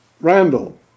Randall